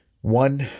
One